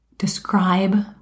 describe